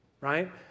right